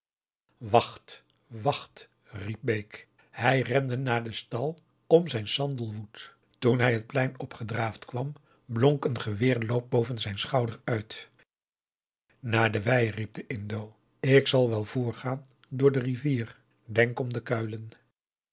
wacht wacht riep bake hij rende naar den stal om zijn sandelwood toen hij het plein opgedraafd kwam blonk een geweerloop boven zijn schouder uit naar de wei riep de indo ik zal wel voorgaan door de rivier denk om de kuilen